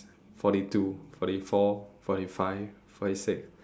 forty two forty four forty five forty six